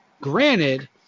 Granted